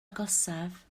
agosaf